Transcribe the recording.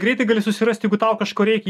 greitai gali susirasti jeigu tau kažko reikia